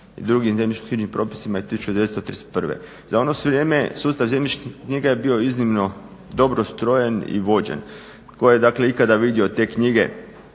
i drugim zemljišnim propisima iz 1931. Za ono su vrijeme sustav zemljišnih knjiga je bio iznimno ustrojen i vođen. Tko je dakle ikada vidio te knjige.